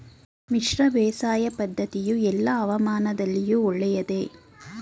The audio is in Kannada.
ಮಿಶ್ರ ಬೇಸಾಯ ಪದ್ದತಿಯು ಎಲ್ಲಾ ಹವಾಮಾನದಲ್ಲಿಯೂ ಒಳ್ಳೆಯದೇ?